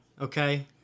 okay